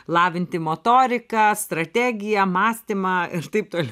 lavinti motoriką strategiją mąstymą ir taip toliau